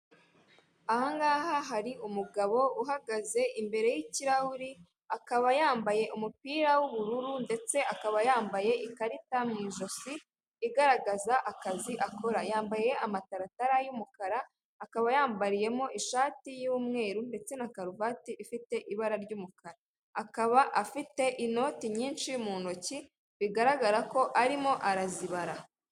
Aha ngaha hari umugabo uhagaze imbere y'ikirahurI, akaba yambaye umupira w'ubururu ndetse akaba yambaye ikarita mu ijosi, igaragaza akazi akora. yambaye amataratara y'umukara, akaba yambariyemo ishati y'umweru ndetse na karuvati ifite ibara ry'umukara. akaba afite inoti nyinshi mu ntoki, bigaragara ko arimo arazibara.